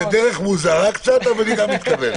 זו דרך מוזרה קצת, אבל היא גם מתקבלת.